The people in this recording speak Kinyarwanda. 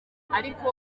ariko